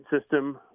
system